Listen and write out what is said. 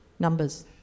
numbers